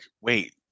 wait